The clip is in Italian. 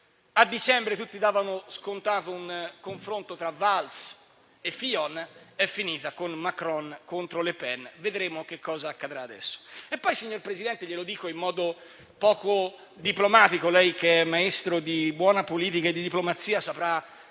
A dicembre tutti davano scontato un confronto tra Valls e Fillon; è finita con Macron contro Le Pen. Vedremo che cosa accadrà adesso. E poi, signor Presidente, glielo dico in modo poco diplomatico; lei che è maestro di buona politica e diplomazia saprà